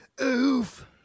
Oof